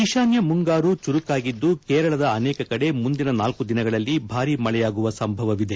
ಈಶಾನ್ಯ ಮುಂಗಾರು ಚುರುಕಾಗಿದ್ದು ಕೇರಳದ ಅನೇಕ ಕಡೆ ಮುಂದಿನ ನಾಲ್ತು ದಿನಗಳಲ್ಲಿ ಭಾರಿ ಮಳೆಯಾಗುವ ಸಂಭವವಿದೆ